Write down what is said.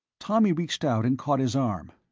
tommy reached out and caught his arm.